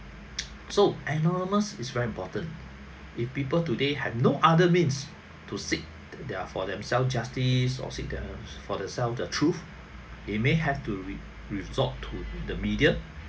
so anonymous is very important if people today have no other means to seek their~ for themselves justice or seek their~ for themselves the truth it may have to re~ resort to the media